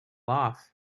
off